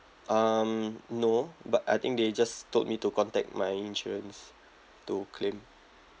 um no but I think they just told me to contact my insurance to claim